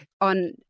on